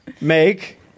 Make